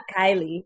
Kylie